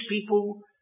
people